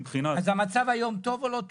אז המצב היום טוב או לא טוב?